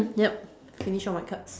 yup finish all my cards